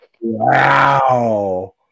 Wow